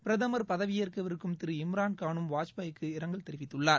பிரதமா் பதவியேற்கவிருக்கும் திரு இம்ரான்கானும் வாஜ்பாய்க்கு இரங்கல் தெரிவித்துள்ளார்